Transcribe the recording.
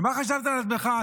ומה חשבת לעצמך,